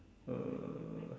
uh